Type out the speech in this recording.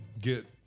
get